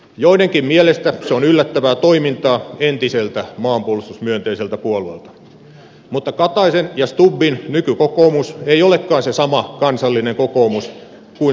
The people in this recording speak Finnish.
joidenkin mielestä se on yllättävää toimintaa entiseltä maanpuolustusmyönteiseltä puolueelta mutta kataisen ja stubbin nykykokoomus ei olekaan se sama kansallinen kokoomus kuin svinhufvudin aikoina